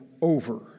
over